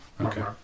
Okay